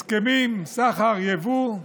הסכמים, סחר, יבוא,